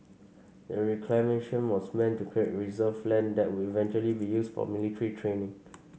the reclamation was meant to create reserve land that would eventually be used for military training